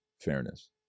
fairness